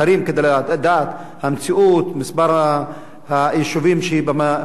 מספר היישובים שהם בסולם הסוציו-אקונומי הנמוך,